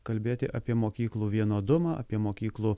kalbėti apie mokyklų vienodumą apie mokyklų